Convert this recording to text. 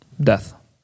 Death